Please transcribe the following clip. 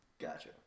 Gotcha